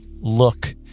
look